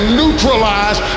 neutralize